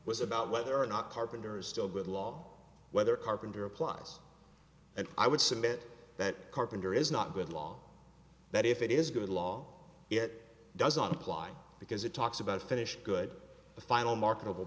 was about whether or not carpenter is still good law whether carpenter applies and i would submit that carpenter is not good law that if it is good law it doesn't apply because it talks about finished good the final marketable